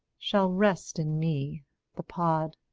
shall rest in me the pod.